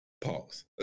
Pause